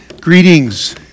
Greetings